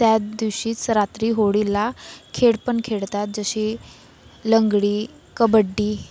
त्याच दिवशीच रात्री होळीला खेळ पण खेळतात जसे लंगडी कबड्डी